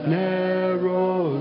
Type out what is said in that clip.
narrow